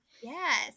Yes